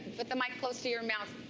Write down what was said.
but the mic close to your mouth.